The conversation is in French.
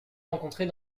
rencontrés